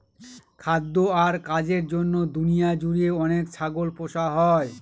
খাদ্য আর কাজের জন্য দুনিয়া জুড়ে অনেক ছাগল পোষা হয়